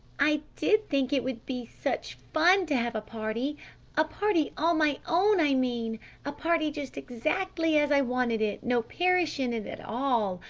i did think it would be such fun to have a party a party all my own, i mean a party just exactly as i wanted it! no parish in it at all!